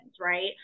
right